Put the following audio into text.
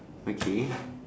okay